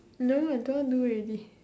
no I don't want do already